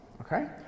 okay